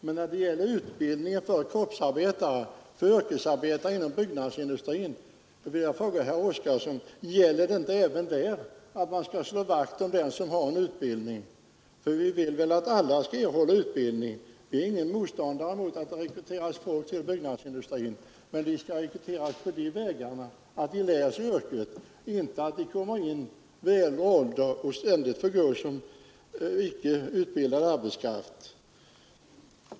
Men när det gäller utbildningen för kroppsarbetare, för yrkesarbetare inom byggnadsindustrin, vill jag fråga herr Oskarson: Gäller det inte även där att man skall slå vakt om den som har en utbildning? Vi vill väl att alla skall erhålla utbildning. Vi är inte motståndare till att det rekryteras folk till byggnadsindustrin, men de skall rekryteras på sådana vägar att de lär sig yrket och inte kommer in vid högre ålder och ständigt får gå som icke utbildad arbetskraft.